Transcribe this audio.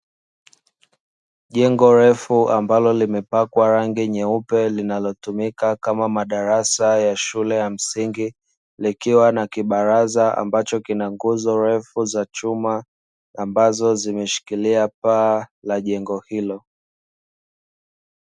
Jengo refu ambalo limepakwa rangi nyeupe linalotumika kama madarasa ya shule ya msingi, likiwa na kibaraza ambacho kina nguzo refu za chuma amabazo zimeshikilia paa la jengo hilo.